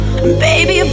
Baby